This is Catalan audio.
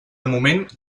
moment